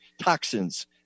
toxins